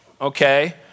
okay